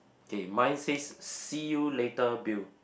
okay mine says see you later Bill